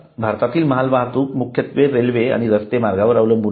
भारतातील मालवाहतूक मुख्यत्वे रेल्वे आणि रस्ते मार्गावर अवलंबून आहे